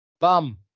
Bum